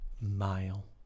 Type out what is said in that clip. mile